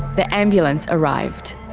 the ambulance arrived.